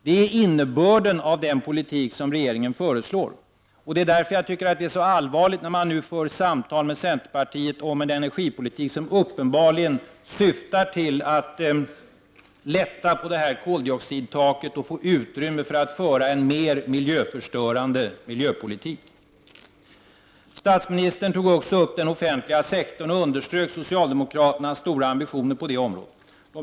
Det är innebörden av den politik som regeringen föreslår, och det är därför jag tycker att det är så allvarligt när man nu för ett samtal med centerpartiet om en energipolitik som uppenbarligen syftar till att lätta på koldioxidtaket och få utrymme för att föra en mer miljöförstörande miljöpolitik. Statsministern tog också upp den offentliga sektorn och underströk socialdemokraternas stora ambitioner på det området.